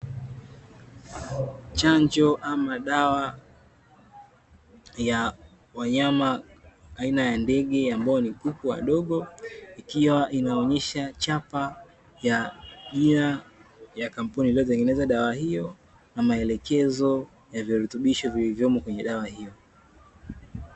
Chanjo ama dawa ya wanyama aina ya ndege ambao ni kuku wadogo, ikiwa inaonyesha chapa ya jina ya kampuni iliyotengeneza dawa hiyo, na maelekezo ya virutubisho vilivyomo kwenye dawa hiyo.